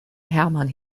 hermann